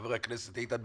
חבר הכנסת איתן,